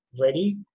ready